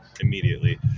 immediately